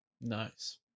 nice